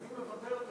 אני מוותר.